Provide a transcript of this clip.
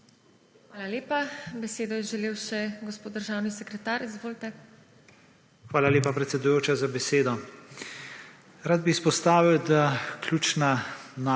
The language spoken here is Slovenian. Hvala lepa. Besedo je želel še gospod državni sekretar. Izvolite. ALEŠ MIHELIČ: Hvala lepa, predsedujoča, za besedo. Rad bi izpostavil, da ključna